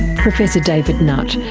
professor david nutt,